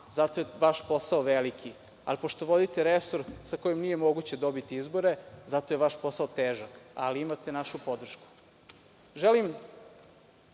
Zato je vaš posao veliki. Ali, pošto vodite resor sa kojim nije moguće dobiti izbore, zato je vaš posao težak. Ali, imate našu podršku. Želim